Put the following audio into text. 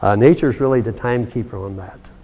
ah nature's really the timekeeper on that.